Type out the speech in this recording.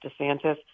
DeSantis –